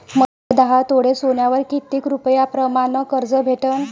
मले दहा तोळे सोन्यावर कितीक रुपया प्रमाण कर्ज भेटन?